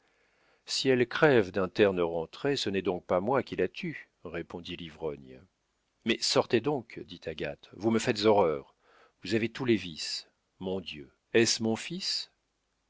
si elle crève d'un terne rentré ce n'est donc pas moi qui la tue répondit l'ivrogne mais sortez donc dit agathe vous me faites horreur vous avez tous les vices mon dieu est-ce mon fils